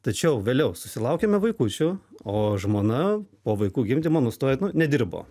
tačiau vėliau susilaukėme vaikučių o žmona po vaikų gimdymo nustojo nu nedirbo